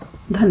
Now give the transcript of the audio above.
धन्यवाद